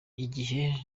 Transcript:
igihe